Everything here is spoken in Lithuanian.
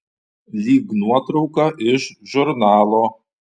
lyg nuotrauka iš žurnalo